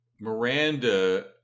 Miranda